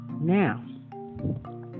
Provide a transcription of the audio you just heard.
now